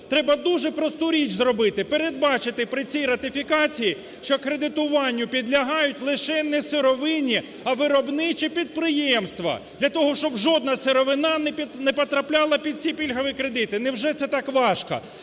Треба дуже просту річ зробити: передбачити при цій ратифікації, що кредитуванню підлягають лише не сировинні, а виробничі підприємства, для того, щоб жодна сировина не потрапляла під ці пільгові кредити. Невже це так важко?